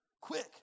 Quick